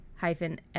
hyphen